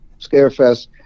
ScareFest